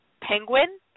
penguin